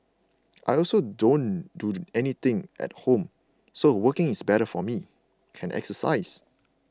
I also don't do anything at home so working is better for me can exercise